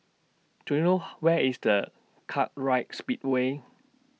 Do YOU know Where IS Kartright Speedway